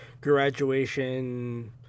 graduation